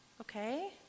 Okay